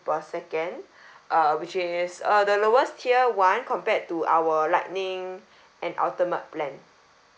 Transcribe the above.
per second uh which is uh the lowest tier [one] compared to our lightning and ultimate plan